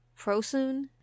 Prosoon